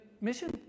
mission